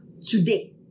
today